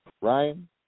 Ryan